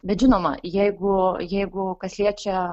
bet žinoma jeigu jeigu kas liečia